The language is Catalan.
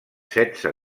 setze